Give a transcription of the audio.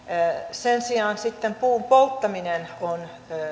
sen sijaan sitten puun polttaminen on